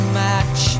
match